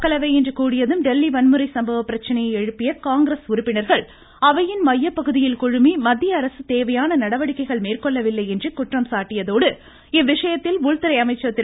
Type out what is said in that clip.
மக்களவை இன்று கூடியதும் டெல்லி வன்முறை சம்பவ பிரச்சினையை எழுப்பிய காங்கிரஸ் உறுப்பினர்கள் அவையின் மையப்பகுதியில் குழுமி மத்திய அரசு தேவையான நடவடிக்கைகள் மேற்கொள்ளவில்லை என்று குற்றம் சாட்டியதோடு இவ்விஷயத்தில் உள்துறை அமைச்சர் திரு